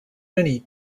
many